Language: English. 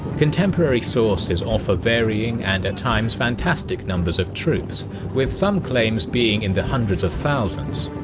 contemporary sources offer varying and at times fantastic numbers of troops with some claims being in the hundreds of thousands.